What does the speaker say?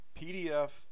PDF